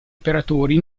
operatori